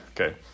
Okay